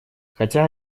хотя